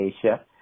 Asia